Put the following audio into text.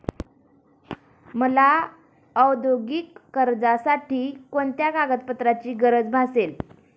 मला औद्योगिक कर्जासाठी कोणत्या कागदपत्रांची गरज भासेल?